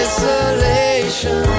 Isolation